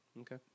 okay